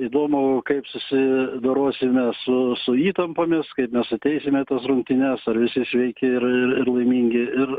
įdomu kaip susidorosime su su įtampomis kaip mes ateisime į tas rungtynes ar visi sveiki ir ir laimingi ir